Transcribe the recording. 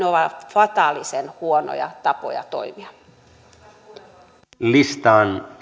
ovat fataalisen huonoja tapoja toimia listaan